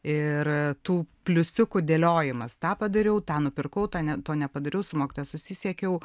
ir tų pliusiukų dėliojimas tą padariau tą nupirkau tą ne to nepadariau su mokytoja susisiekiau